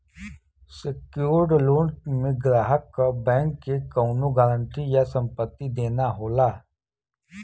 secured loan में ग्राहक क बैंक के कउनो गारंटी या संपत्ति देना होला